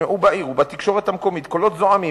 נשמעו בעיר ובתקשורת המקומית קולות זועמים